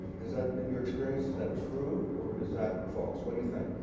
has that been your experience? is that true or is that false? what do you think?